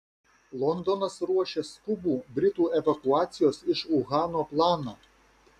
londonas ruošia skubų britų evakuacijos iš uhano planą